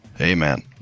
Amen